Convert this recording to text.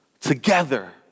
together